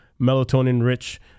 melatonin-rich